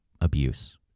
abuse